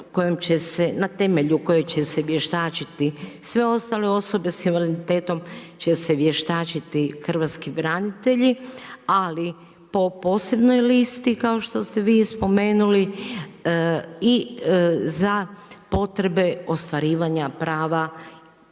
na temelju koje će se vještačiti sve ostale osobe sa invaliditetom će se vještačiti hrvatski branitelji ali po posebnoj listi kao što ste vi spomenuli i za potrebe ostvarivanja prava